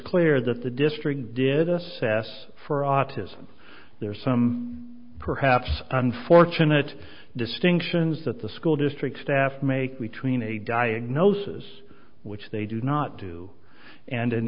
clear that the district did assess for autism there are some perhaps unfortunate distinctions that the school district staff make between a diagnosis which they do not do and an